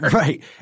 Right